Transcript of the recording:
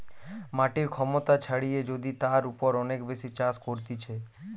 মাটির ক্ষমতা ছাড়িয়ে যদি তার উপর অনেক বেশি চাষ করতিছে